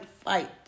fight